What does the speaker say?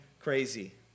crazy